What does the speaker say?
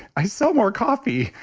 i sell more coffee.